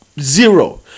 zero